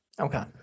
Okay